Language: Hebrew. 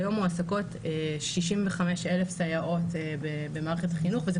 כיום מועסקות שישים וחמש אלף סייעות במערכת החינוך וזה